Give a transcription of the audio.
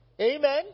Amen